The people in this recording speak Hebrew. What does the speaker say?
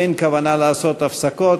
אין כוונה לעשות הפסקות,